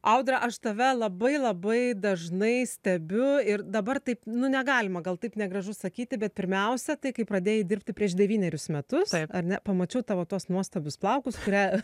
audra aš tave labai labai dažnai stebiu ir dabar taip nu negalima gal taip negražu sakyti bet pirmiausia tai kai pradėjai dirbti prieš devynerius metus ar ne pamačiau tavo tuos nuostabius plaukus kurią